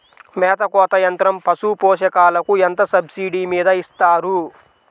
మేత కోత యంత్రం పశుపోషకాలకు ఎంత సబ్సిడీ మీద ఇస్తారు?